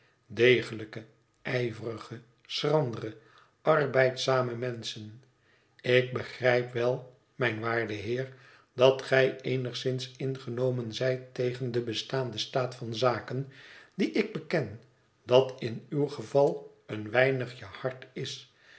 degelijke ijverige schrandere arbeidzame menschen ik begrijp wel mijn waarde heer dat gij eenigszins ingenomen zijt tegen den bestaanden staat van zaken dien ik beken dat in uw geval een weinigje hard is